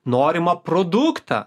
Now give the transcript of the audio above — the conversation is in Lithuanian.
norimą produktą